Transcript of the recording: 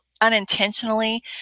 unintentionally